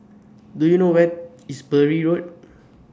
Do YOU know Where IS Bury Road